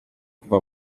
kuva